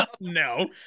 no